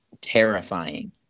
terrifying